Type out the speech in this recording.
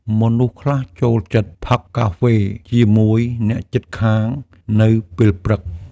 មនុស្សខ្លះចូលចិត្តផឹកកាហ្វេជាមួយអ្នកជិតខាងនៅពេលព្រឹក។